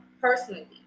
personally